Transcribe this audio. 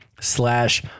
slash